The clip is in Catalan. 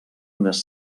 unes